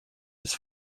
his